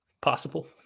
Possible